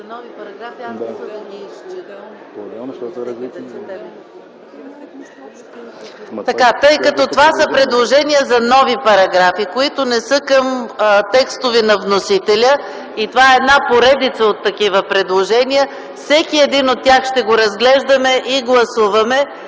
вносителя, и това е една поредица от такива предложения, всеки един от тях ще го разглеждаме и гласуваме.